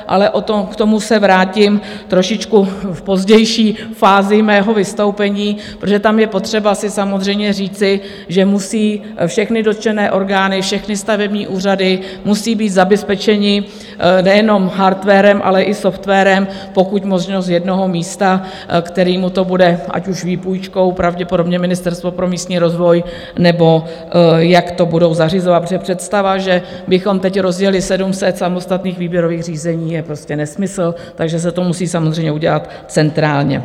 Ale k tomu se vrátím trošičku v pozdější fázi mého vystoupení, protože tam je potřeba si samozřejmě říci, že musí všechny dotčené orgány, všechny stavební úřady musí být zabezpečeny nejenom hardwarem, ale i softwarem, pokud možno z jednoho místa, který mu to bude, ať už výpůjčkou pravděpodobně Ministerstvo pro místní rozvoj nebo jak to budou zařizovat, protože představa, že bychom teď rozjeli sedm set samostatných výběrových řízení, je prostě nesmysl, takže se to musí samozřejmě udělat centrálně.